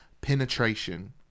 penetration